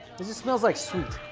this just smells like sweet